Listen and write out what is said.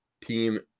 Team